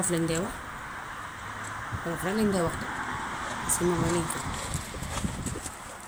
Olof lañ dee wax. Olof rekk lañ dee wax paski moom rekk lañ xam.